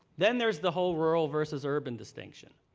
then there's the whole rural versus urban distinction.